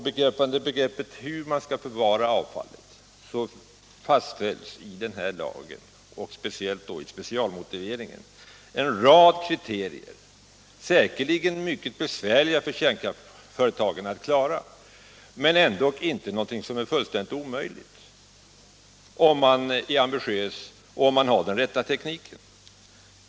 Beträffande hur man skall förvara avfallet fastställs i lagen, och särskilt i specialmotiveringen, en rad kriterier, säkerligen mycket besvärliga för kärnkraftsföretagen att klara, men ändå inte någonting som är fullständigt omöjligt om man är ambitiös och har den rätta tekniken.